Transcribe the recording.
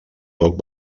poc